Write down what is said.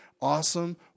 awesome